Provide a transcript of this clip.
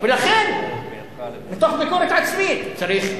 לכן, מתוך ביקורת עצמית, צריך להסביר,